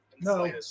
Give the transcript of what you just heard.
No